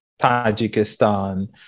Tajikistan